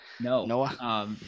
No